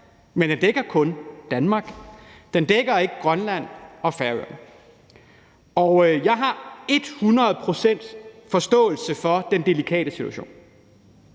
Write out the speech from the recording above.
Men den dækker kun Danmark. Den dækker ikke Grønland og Færøerne. Og jeg har et hundrede procent forståelse for den delikate situation.